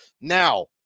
Now